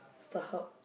StarHub